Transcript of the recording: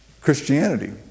Christianity